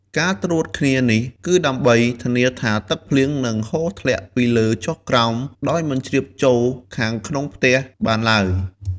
ការត្រួតគ្នានេះគឺដើម្បីធានាថាទឹកភ្លៀងនឹងហូរធ្លាក់ពីលើចុះក្រោមដោយមិនជ្រាបចូលខាងក្នុងផ្ទះបានឡើយ។